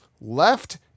left